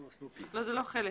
לא, זה לא חלף.